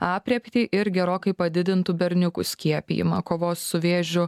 aprėptį ir gerokai padidintų berniukų skiepijimą kovos su vėžiu